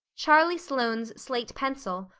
charlie sloane's slate pencil,